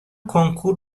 کنکور